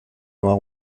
noire